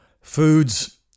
foods